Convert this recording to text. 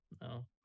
No